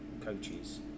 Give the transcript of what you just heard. coaches